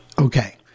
Okay